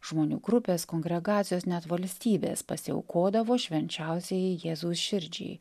žmonių grupės kongregacijos net valstybės pasiaukodavo švenčiausiajai jėzaus širdžiai